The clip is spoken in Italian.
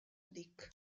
dick